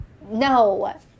No